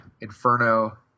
Inferno